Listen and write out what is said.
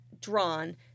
drawn